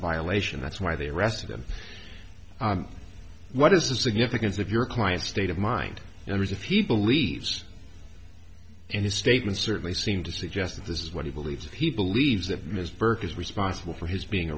violation that's why they arrested him what is the significance of your client state of mind was a few believes in his statement certainly seem to suggest that this is what he believes he believes that mr burke is responsible for his being